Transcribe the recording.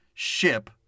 ship